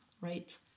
right